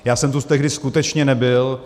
Já jsem tu tehdy skutečně nebyl.